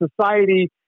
society